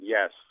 Yes